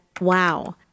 Wow